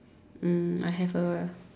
um I have a